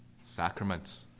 sacraments